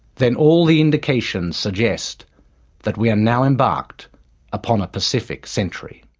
then all the indications suggest that we are now embarked upon a pacific century.